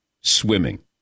swimming